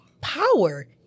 power